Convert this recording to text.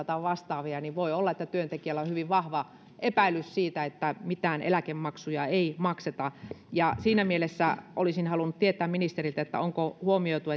tai vastaavia niin voi olla että työntekijällä on hyvin vahva epäilys siitä että mitään eläkemaksuja ei makseta ja siinä mielessä olisin halunnut tietää ministeriltä että onko huomioitu